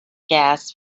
gas